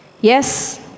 Yes